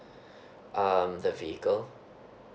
um the vehicle